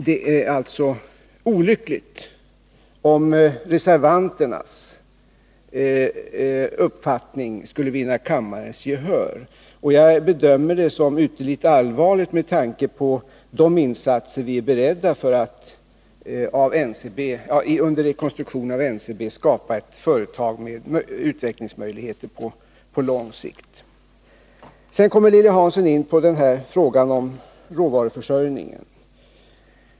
Det är alltså olyckligt om reservanternas uppfattning skulle vinna kammarens gehör. Jag bedömer det som ytterligt allvarligt, med tanke på de insatser som vi under rekonstruktionen av NCB är beredda att göra för att skapa ett företag med utvecklingsmöjligheter på lång sikt. Lilly Hansson kommer in på frågan om råvaruförsörjningen.